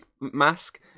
mask